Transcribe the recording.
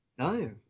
No